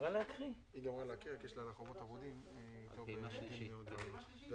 נמצאים במענק השלישי, בפעימה השלישית,